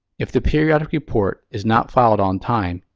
if the periodic report is not filed on time,